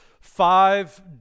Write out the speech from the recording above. five